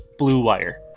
BLUEWIRE